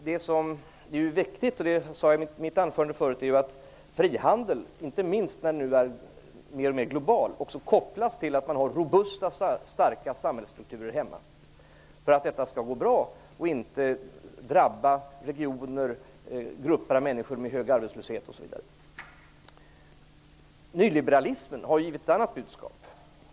Det som är viktigt - det sade jag i mitt anförande förut - är att frihandeln, inte minst nu när den är mer och mer global, också kopplas till robusta starka samhällsstrukturer hemma för att det skall gå bra och inte drabba regioner och grupper av människor med hög arbetslöshet. Nyliberalismen har ju ett annat budskap.